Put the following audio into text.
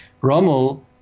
Rommel